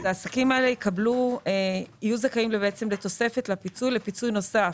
העסקים האלה יהיו זכאים לפיצוי נוסף